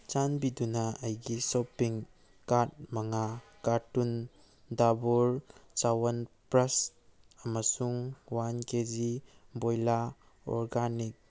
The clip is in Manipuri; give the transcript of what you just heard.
ꯆꯥꯟꯕꯤꯗꯨꯅ ꯑꯩꯒꯤ ꯁꯣꯄꯤꯡ ꯀꯥꯔꯠ ꯃꯉꯥ ꯀꯥꯔꯇꯨꯟ ꯗꯥꯕꯣꯔ ꯆꯥꯋꯟꯄ꯭ꯔꯁ ꯑꯃꯁꯨꯡ ꯋꯥꯟ ꯀꯦ ꯖꯤ ꯚꯣꯏꯂꯥ ꯑꯣꯔꯒꯥꯅꯤꯛ